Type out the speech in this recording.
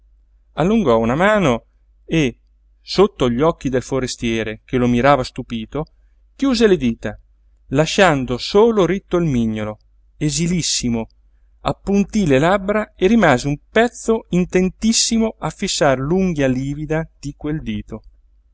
allungò una mano e sotto gli occhi del forestiere che lo mirava stupito chiuse le dita lasciando solo ritto il mignolo esilissimo appuntí le labbra e rimase un pezzo intentissimo a fissar l'unghia livida di quel dito